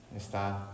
Está